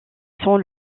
sont